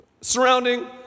surrounding